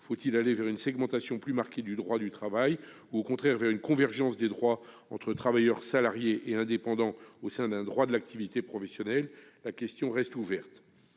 Faut-il aller vers une segmentation plus marquée du droit du travail ou, au contraire, une convergence des droits entre travailleurs salariés et indépendants au sein d'un droit de l'activité professionnelle ? La question reste ouverte.